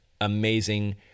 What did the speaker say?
amazing